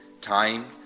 time